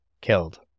killed